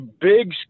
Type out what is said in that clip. big